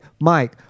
Mike